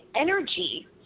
energy